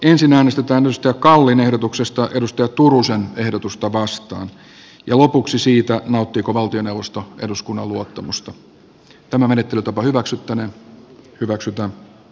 ensin äänestetään timo kallin ehdotuksesta kaj turusen ehdotusta vastaan ja lopuksi siitä nauttiiko valtioneuvosto eduskunnan luottamusta